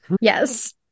yes